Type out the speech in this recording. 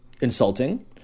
insulting